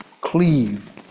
Cleave